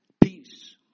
Peace